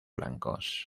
blancos